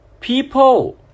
people